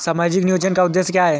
सामाजिक नियोजन का उद्देश्य क्या है?